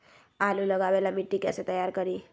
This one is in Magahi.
आलु लगावे ला मिट्टी कैसे तैयार करी?